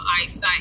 eyesight